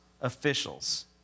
officials